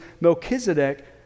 Melchizedek